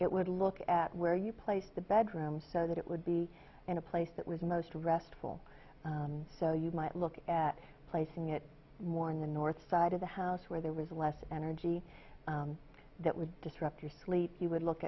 it would look at where you place the bedroom so that it would be in a place that was most restful so you might look at placing it more in the north side of the house where there was less energy that would disrupt your sleep you would look